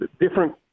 different